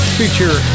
feature